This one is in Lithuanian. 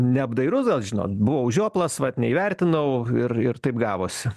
neapdairus gal žinot buvau žioplas vat neįvertinau ir ir taip gavosi